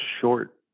short